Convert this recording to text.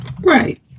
right